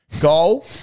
goal